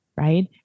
right